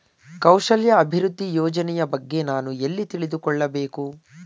ಕೌಶಲ್ಯ ಅಭಿವೃದ್ಧಿ ಯೋಜನೆಯ ಬಗ್ಗೆ ನಾನು ಎಲ್ಲಿ ತಿಳಿದುಕೊಳ್ಳಬೇಕು?